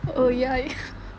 oh ya ya